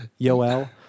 Yoel